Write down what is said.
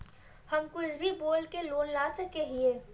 हम कुछ भी बोल के लोन ला सके हिये?